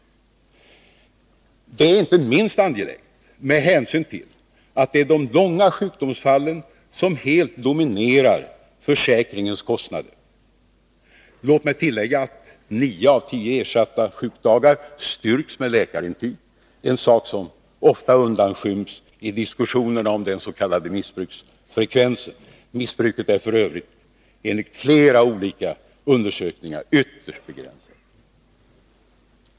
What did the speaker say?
Detta är inte minst angeläget med hänsyn till att det är de långa sjukdomsfallen som helt dominerar försäkringens kostnader. Låt mig tillägga att nio av tio ersatta sjukdagar styrks med läkarintyg — en sak som ofta undanskyms i diskussionerna om den s.k. missbruksfrekvensen. Missbruket är f. ö. enligt flera olika undersökningar ytterst begränsat.